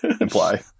imply